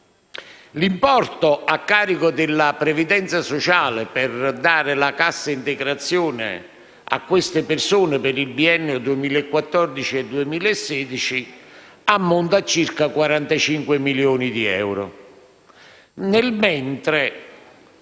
L'importo a carico della previdenza sociale per dare la cassa integrazione a queste persone per il biennio 2014-2016 ammonta a circa 45 milioni di euro;